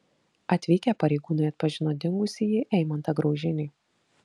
atvykę pareigūnai atpažino dingusįjį eimantą graužinį